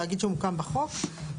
תאגיד שמוקם בחוק.